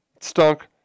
stunk